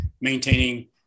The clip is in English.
maintaining